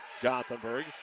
Gothenburg